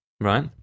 right